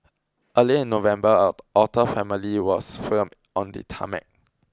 earlier in November an otter family was filmed on the tarmac